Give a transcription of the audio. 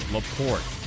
LaPorte